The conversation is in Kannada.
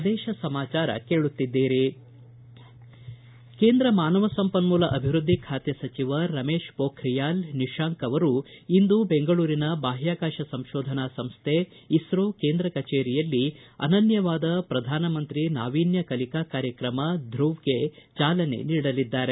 ಪ್ರದೇಶ ಸಮಾಚಾರ ಕೇಳುತ್ತಿದ್ದೀರಿ ಕೇಂದ್ರ ಮಾನವ ಸಂಪನ್ಮೂಲ ಅಭಿವೃದ್ಧಿ ಖಾತೆ ಸಚಿವ ರಮೇತ್ ಪೋಖ್ರಿಯಾಲ್ ನಿಷಾಂಕ್ ಅವರು ಇಂದು ಬೆಂಗಳೂರಿನ ಬಾಹ್ಯಾಕಾಶ ಸಂಶೋಧನಾ ಸಂಶ್ಥೆ ಇಸ್ರೋ ಕೇಂದ್ರ ಕಚೇರಿಯಲ್ಲಿ ಅನನ್ಯವಾದ ಪ್ರಧಾನಮಂತ್ರಿ ನಾವೀನ್ಯ ಕಲಿಕಾ ಕಾರ್ಯಕ್ರಮ ಧುವ್ ಗೆ ಚಾಲನೆ ನೀಡಲಿದ್ದಾರೆ